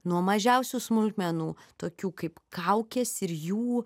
nuo mažiausių smulkmenų tokių kaip kaukės ir jų